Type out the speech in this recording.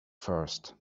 first